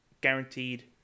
guaranteed